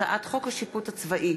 הצעת חוק השיפוט הצבאי